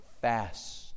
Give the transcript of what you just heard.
fast